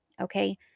okay